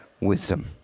wisdom